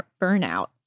burnout